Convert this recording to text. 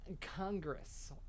Congress